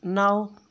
नौ